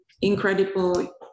incredible